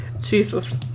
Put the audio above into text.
Jesus